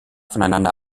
voneinander